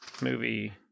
movie